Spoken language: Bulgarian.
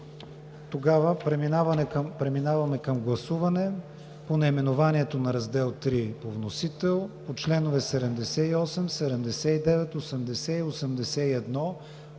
виждам. Преминаваме към гласуване по наименованието на Раздел III по вносител; членове 78, 79, 80 и 81